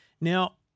Now